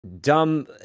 dumb